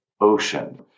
ocean